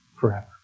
forever